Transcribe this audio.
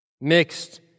Mixed